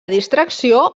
distracció